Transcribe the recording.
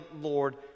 Lord